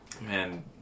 man